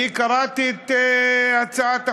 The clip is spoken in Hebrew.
אני קראתי את הצעת החוק,